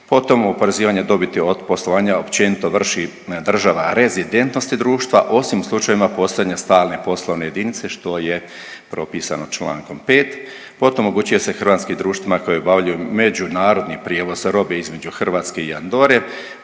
Potom oporezivanje dobiti od poslovanja općenito vrši država rezidentnosti društva osim u slučajevima posljednje stalne poslove jedinice, što je propisano čl. 5.. Potom omogućuje se hrvatskim društvima koja obavljaju međunarodni prijevoz robe između Hrvatske i Andore